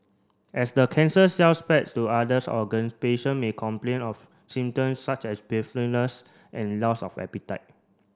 as the cancer cells spread to others organ patient may complain of symptoms such as breathlessness and loss of appetite